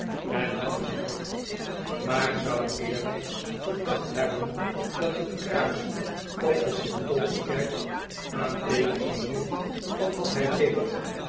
en hangend hoofd maar zou eerder gedacht hebben dat het kruis op de st paulskerk aanteekening hield van wat hij deed